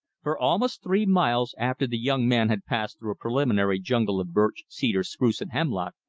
for almost three miles, after the young man had passed through a preliminary jungle of birch, cedar, spruce, and hemlock,